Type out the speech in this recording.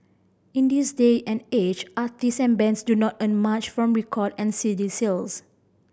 in this day and age artists and bands do not earn much from record and C D sales